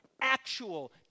actual